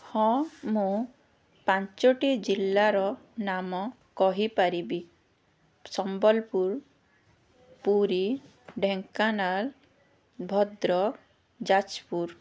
ହଁ ମୁଁ ପାଞ୍ଚଟି ଜିଲ୍ଲାର ନାମ କହିପାରିବି ସମ୍ବଲପୁର ପୁରୀ ଢ଼େଙ୍କାନାଳ ଭଦ୍ରକ ଯାଜପୁର